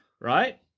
Right